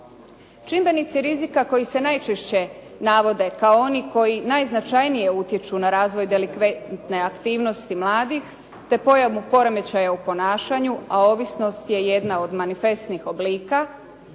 Čimbenici rizika koji se najčešće navode kao oni koji najznačajnije utječu na razvoj delikventne aktivnosti mladih te pojava poremećaja u ponašanju, a ovisnost je jedna od manifestnih oblika,